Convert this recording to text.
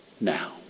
now